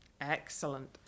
Excellent